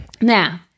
Now